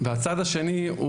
והצד השני,